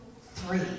three